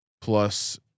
plus